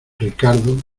ricardo